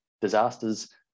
Disasters